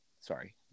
Sorry